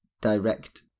direct